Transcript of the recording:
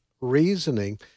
Reasoning